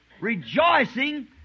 rejoicing